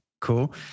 cool